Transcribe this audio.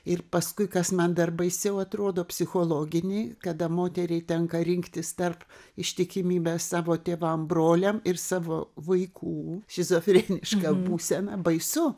ir paskui kas man dar baisiau atrodo psichologinį kada moteriai tenka rinktis tarp ištikimybės savo tėvams broliams ir savo vaikų šizofreniška būsena baisu